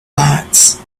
lights